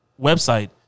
website